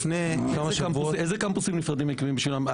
לפני כמה שבועות --- אילו קמפוסים נפרדים מקימים בשבילם?